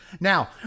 Now